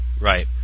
Right